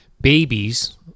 Babies